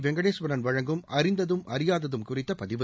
வெங்கடேஸ்வரன் வழங்கும் அறிந்ததும் அறியாததும் குறித்த பதிவு